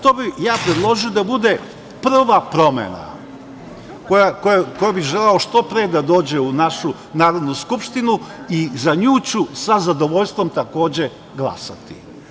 To bih ja predložio da bude prva promena za koju bih želeo što pre da dođe u našu Narodnu skupštinu i za nju ću sa zadovoljstvom takođe glasati.